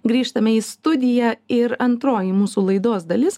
grįžtame į studiją ir antroji mūsų laidos dalis